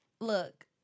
Look